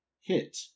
hit